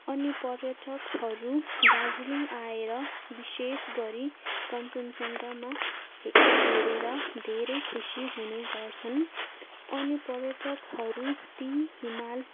अनि पर्यटकहरू दार्जिलिङ आएर विशेषगरी कञ्चनजङ्घामा हेरेर धेरै खुसी हुने गर्छन् अनि पर्यटकहरू ती हिमाल